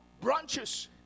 branches